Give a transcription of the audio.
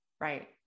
right